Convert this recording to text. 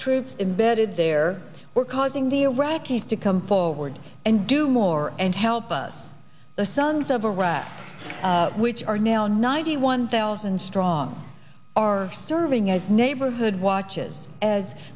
troops embedded there were causing the iraqis to come forward and do more and help us the sons of iraq which are now ninety one thousand strong are serving as neighborhood watches as